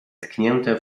tknięte